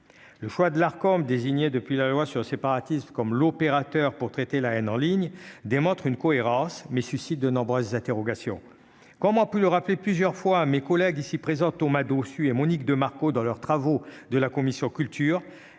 le choix de l'Arcom, désigné depuis la loi sur le séparatisme comme l'opérateur pour traiter la haine en ligne démontre une cohérence mais suscite de nombreuses interrogations, comme a pu le rappeler plusieurs fois mes collègues ici présentes au Mado su et Monique de Marco dans leurs travaux de la commission culture,